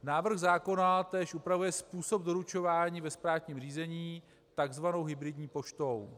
Návrh zákona upravuje též způsob doručování ve státním řízení takzvanou hybridní poštou.